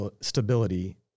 stability